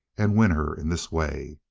and win her in this way.